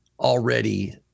already